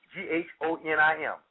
G-H-O-N-I-M